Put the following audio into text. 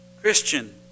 Christian